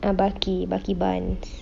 ah bucky bucky barnes